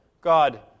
God